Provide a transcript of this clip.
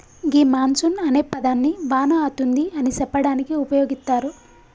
గీ monsoon అనే పదాన్ని వాన అతుంది అని సెప్పడానికి ఉపయోగిత్తారు